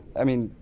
i mean,